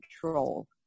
control